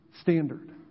standard